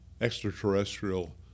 extraterrestrial